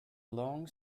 long